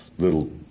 little